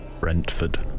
Brentford